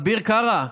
אביר קארה,